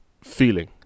feeling